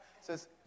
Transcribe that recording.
says